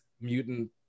mutant